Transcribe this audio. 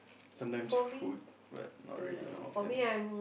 sometimes food but not really not often